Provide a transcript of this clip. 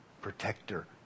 protector